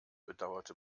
bedauerte